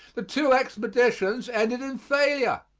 the two expeditions ended in failure,